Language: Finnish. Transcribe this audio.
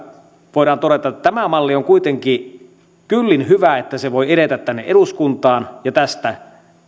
voidaan todeta että tämä malli on kuitenkin kyllin hyvä että se voi edetä tänne eduskuntaan ja tästä